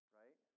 right